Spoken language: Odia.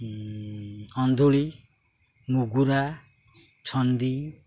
ଅନ୍ଧୋଳି ମଗୁରା ନ୍ଦି